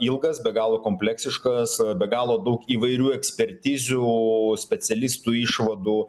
ilgas be galo kompleksiškas be galo daug įvairių ekspertizių specialistų išvadų